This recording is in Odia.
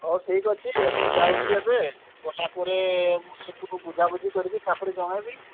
ହେଉ ଠିକ ଅଛି ମୁଁ ଯାଉଛି ଏବେ ଗଲାପରେ ମୁଁ ସେଇଠିକୁ ବୁଝାବୁଝି କରିକି ତା'ପରେ ଜଣେଇବି